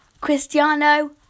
Cristiano